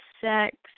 sex